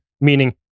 meaning